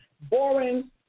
boring